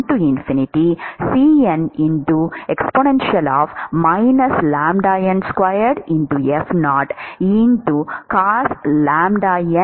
Fourier எண்